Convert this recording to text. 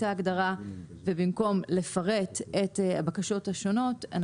ההגדרה ובמקום לפרט את הבקשות השונות,